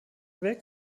weg